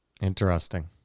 Interesting